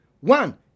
One